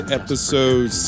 episode